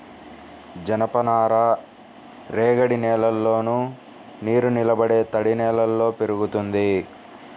జనపనార రేగడి నేలల్లోను, నీరునిలబడే తడినేలల్లో పెరుగుతుంది